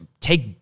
take